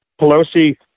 Pelosi